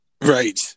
Right